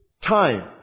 time